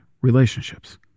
relationships